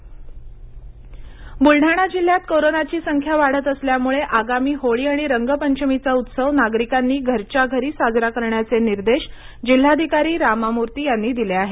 बुलडाणा बुलढाणा जिल्ह्यात कोरोनाची संख्या वाढत असल्यामुळे आगामी होळी आणि रंगपंचमीचा उत्सव नागरिकांनी घरच्या घरी साजरा करण्याचे निर्देश जिल्हाधिकारी रामा मूर्ती यांनी दिले आहेत